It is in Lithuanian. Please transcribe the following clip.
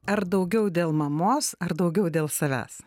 ar daugiau dėl mamos ar daugiau dėl savęs